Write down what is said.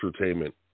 Entertainment